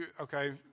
Okay